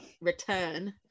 return